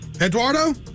Eduardo